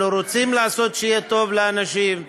אנחנו רוצים לעשות שיהיה טוב לאנשים.